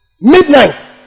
Midnight